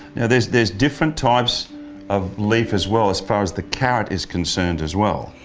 there's there's different types of leaf as well, as far as the karat is concerned as well.